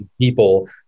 people